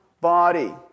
body